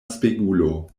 spegulo